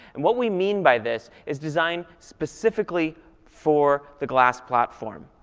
and what we mean by this is design specifically for the glass platform.